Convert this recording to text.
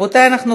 ההצעה